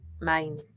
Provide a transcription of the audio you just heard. main